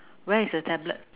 where is the tablet